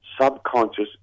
subconscious